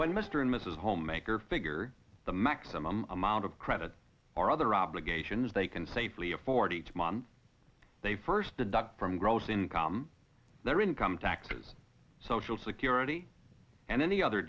when mr and mrs homemaker figure the maximum amount of credit or other obligations they can safely afford each month they first deduct from gross income their income taxes social security and any other